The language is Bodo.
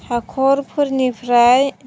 हाख'रफोरनिफ्राय